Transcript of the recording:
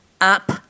up